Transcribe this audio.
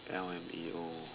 L_M_A_O